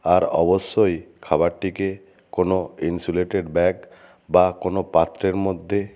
আর অবশ্যই খাবারটিকে কোনো ইনসুলেটেড ব্যাগ বা কোনো পাত্রের মধ্যে